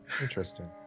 Interesting